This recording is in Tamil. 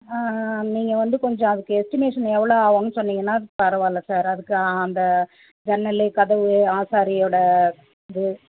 ஆ நீங்கள் வந்து கொஞ்சம் அதுக்கு எஸ்டிமேஷன் எவ்வளோ ஆகுன்னு சொன்னீங்கன்னா பரவாயில்ல சார் அதுக்கு அந்த ஜன்னலு கதவு ஆசாரியோட இது